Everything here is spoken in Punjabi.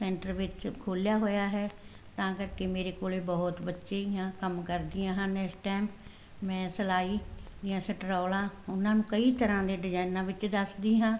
ਸੈਂਟਰ ਵਿੱਚ ਖੋਲ੍ਹਿਆ ਹੋਇਆ ਹੈ ਤਾਂ ਕਰਕੇ ਮੇਰੇ ਕੋਲ ਬਹੁਤ ਬੱਚੀਆਂ ਕੰਮ ਕਰਦੀਆਂ ਹਨ ਇਸ ਟਾਈਮ ਮੈਂ ਸਿਲਾਈ ਦੀਆਂ ਸਟਰੋਲਾਂ ਉਹਨਾਂ ਨੂੰ ਕਈ ਤਰ੍ਹਾਂ ਦੇ ਡਿਜ਼ਾਇਨਾਂ ਵਿੱਚ ਦੱਸਦੀ ਹਾਂ